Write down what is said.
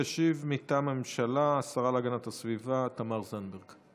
תשיב מטעם הממשלה השרה להגנת הסביבה תמר זנדברג.